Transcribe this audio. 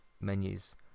menus